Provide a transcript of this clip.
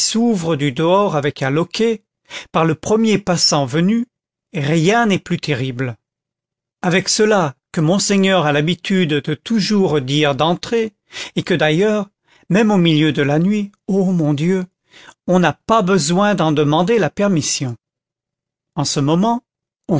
s'ouvre du dehors avec un loquet par le premier passant venu rien n'est plus terrible avec cela que monseigneur a l'habitude de toujours dire d'entrer et que d'ailleurs même au milieu de la nuit ô mon dieu on n'a pas besoin d'en demander la permission en ce moment